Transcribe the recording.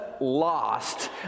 lost